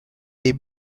they